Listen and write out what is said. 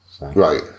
Right